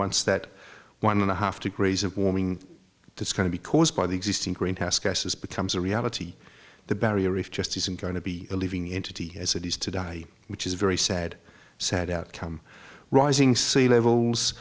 once that one and a half degrees of warming that's going to be caused by the existing greenhouse gases becomes a reality the barrier reef just isn't going to be living into as it is to die which is very sad sad outcome rising sea levels